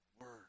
Word